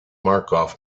markov